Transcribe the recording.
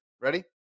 Ready